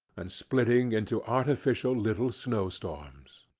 and splitting into artificial little snow-storms.